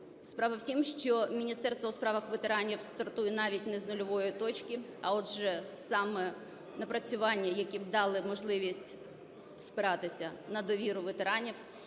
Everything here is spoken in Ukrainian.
Справа в тім, що Міністерство у справах ветеранів стартує навіть не з нульової точки, а отже, саме напрацювання, які б дали можливість спиратися на довіру ветеранів,